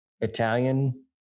Italian